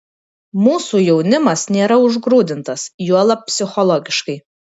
mūsų jaunimas nėra užgrūdintas juolab psichologiškai